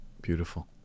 Beautiful